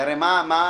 הרי מה פה,